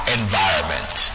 environment